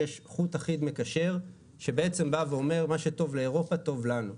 שיש חוט אחיד מקשר שבא ואומר שמה שטוב לאירופה טוב לנו.